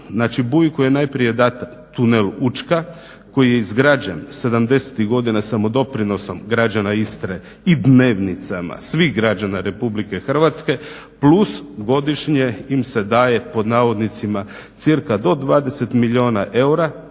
kojem je najprije dan tunel Učka, koji je izgrađen sedamdesetih godina samodoprinosom građana Istre i dnevnicama svih građana republike Hrvatske plus godišnje im se daje pod navodnicima cca do 20 milijuna eura